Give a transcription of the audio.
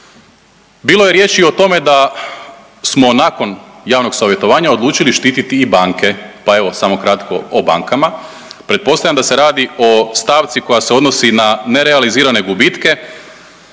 Bilo je riječi i o tome da smo nakon javnog savjetovanja odlučili štititi i banke, pa evo samo kratko o bankama. Pretpostavljam da se radi o stavci koja se odnosi na nerealizirane gubitke